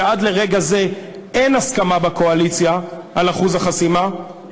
שעד לרגע זה אין הסכמה בקואליציה על אחוז החסימה,